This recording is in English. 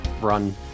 run